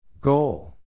Goal